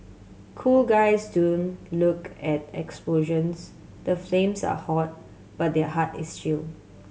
cool guys don't look at explosions the flames are hot but their heart is chill